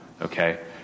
okay